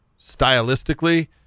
stylistically